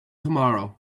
tomorrow